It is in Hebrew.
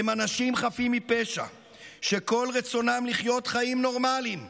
הם אנשים חפים מפשע שכל רצונם לחיות חיים נורמליים.